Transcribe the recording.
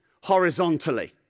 horizontally